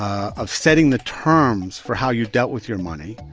ah of setting the terms for how you dealt with your money,